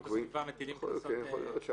יכול להיות.